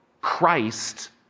Christ